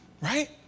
Right